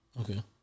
Okay